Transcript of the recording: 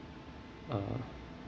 uh